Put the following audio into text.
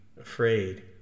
afraid